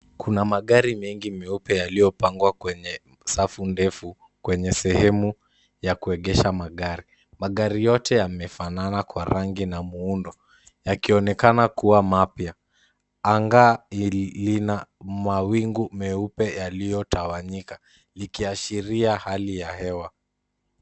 Kuna magari mengi meupe yaliyopangwa kwenye safu ndefu kwenye sehemu ya kuegesha magari, magari yote yamefanana kwa rangi na muundo, yakionekana kuwa mapya, anga lina mawingu meupe yaliyotawanyika likiashiria hali ya hewa.